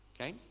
Okay